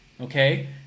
Okay